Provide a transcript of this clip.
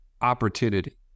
opportunity